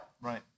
Right